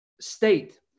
state